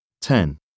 Ten